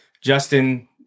Justin